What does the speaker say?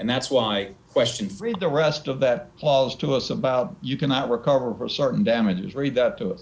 and that's why question free of the rest of that falls to us about you cannot recover for certain damages read that to